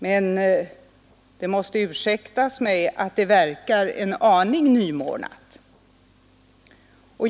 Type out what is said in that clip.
Men det må ursäktas mig om jag tycker att det verkar en aning nymornat.